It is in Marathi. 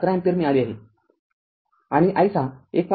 ११ अँपिअर मिळाली आहे आणि i६ १